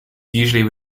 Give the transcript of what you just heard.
usually